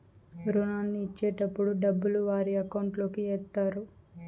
రుణాన్ని ఇచ్చేటటప్పుడు డబ్బులు వారి అకౌంట్ లోకి ఎత్తారు